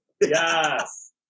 Yes